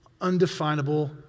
undefinable